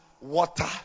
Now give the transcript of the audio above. water